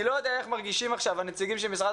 אני לא יודע איך מרגישים עכשיו הנציגים של משרד